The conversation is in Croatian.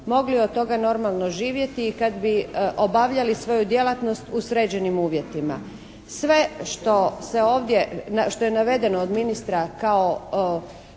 mogli od toga normalno živjeti i kad bi obavljali svoju djelatnost u sređenim uvjetima. Sve što je navedeno od ministra kao